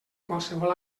qualsevol